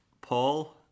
Paul